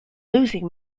losing